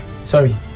Sorry